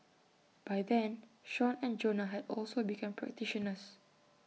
by then Sean and Jonah had also become practitioners